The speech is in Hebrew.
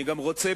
אני גם רוצה,